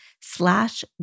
slash